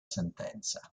sentenza